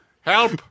Help